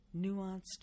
nuanced